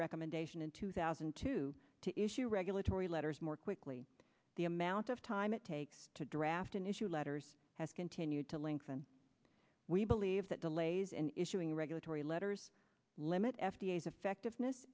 recommendation in two thousand and two to issue regulatory letters more quickly the amount of time it takes to draft an issue letters has continued to lengthen we believe that delays in issuing regulatory letters limit f d a is effectiveness